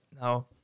Now